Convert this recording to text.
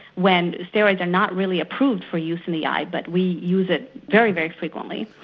when steroids are not really approved for use in the eye, but we use it very, very frequently.